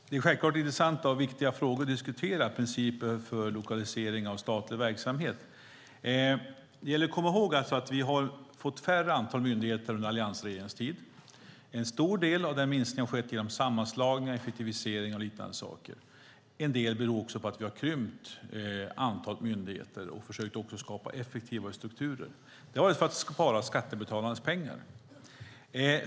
Fru talman! Det är självklart intressanta och viktiga frågor att diskutera principer för lokalisering av statlig verksamhet. Det gäller att komma ihåg att vi har fått färre myndigheter under alliansregeringens tid. En stor del av minskningen har skett med hjälp av sammanslagningar, effektivisering och liknande. En del beror på att vi har krympt antalet myndigheter och försökt att skapa effektivare strukturer. Det har varit för att spara skattebetalarnas pengar.